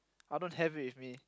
I don't have it with me